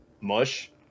mush